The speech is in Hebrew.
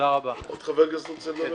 עוד חבר כנסת רוצה לברך?